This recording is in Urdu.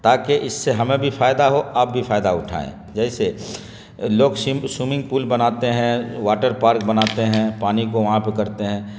تاکہ اس سے ہمیں بھی فائدہ ہو آپ بھی فائدہ اٹھائیں جیسے لوگ سوئمنگ پول بناتے ہیں واٹر پارک بناتے ہیں پانی کو وہاں پہ کرتے ہیں